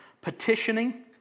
petitioning